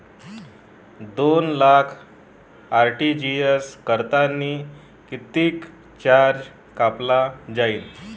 दोन लाख आर.टी.जी.एस करतांनी कितीक चार्ज कापला जाईन?